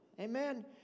Amen